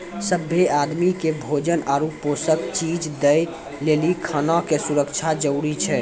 सभ्भे आदमी के भोजन आरु पोषक चीज दय लेली खाना के सुरक्षा जरूरी छै